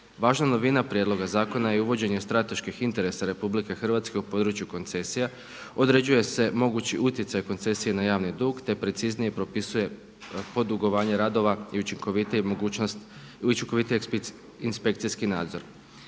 Važna novina prijedloga zakona je uvođenje strateških interesa RH u području koncesija, određuje se mogući utjecaj koncesije na javni dug, te preciznije propisuje pod dugovanje radova i učinkovitiji inspekcijski nadzor.